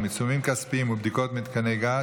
עיצומים כספיים ובדיקות מתקני גז),